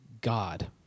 God